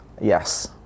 Yes